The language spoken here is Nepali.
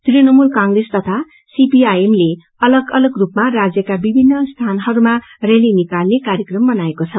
तृणमूल कांग्रेस तथा सीपीआईएम ले अलग अलग रूपमा राज्यका विभिन्न स्थानहरूमा याली निकाल्ने कार्यक्रम बनाएको छ